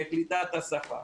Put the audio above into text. בקליטת השפה,